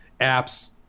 apps